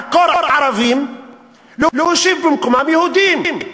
לעקור ערבים ולהושיב במקומם יהודים.